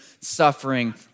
suffering